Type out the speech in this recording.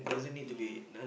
yeah